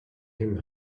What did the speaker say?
him